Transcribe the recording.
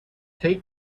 take